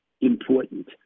important